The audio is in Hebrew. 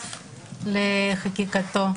שותף לחקיקתו,